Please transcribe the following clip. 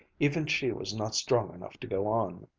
even she was not strong enough to go on.